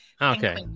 okay